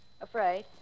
Afraid